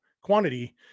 quantity